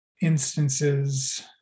instances